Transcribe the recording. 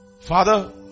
Father